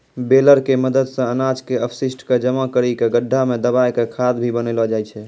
baler के मदद सॅ अनाज के अपशिष्ट क जमा करी कॅ गड्ढा मॅ दबाय क खाद भी बनैलो जाय छै